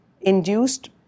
induced